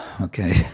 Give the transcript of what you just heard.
okay